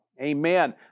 Amen